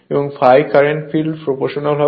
এবং ∅ কারেন্টের field proportional হবে